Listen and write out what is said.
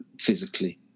physically